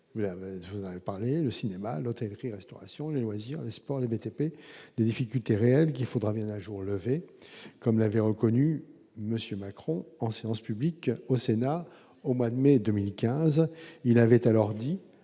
voudrais parler le cinéma, l'hôtellerie-restauration et les loisirs, sports, le BTP difficultés réelles qu'il faudra bien un jour levé, comme l'avait reconnu monsieur Macron en séance publique au Sénat au mois de mai 2015, il avait alors dit